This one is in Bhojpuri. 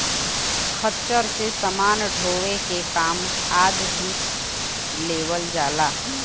खच्चर से समान ढोवे के काम आज भी लेवल जाला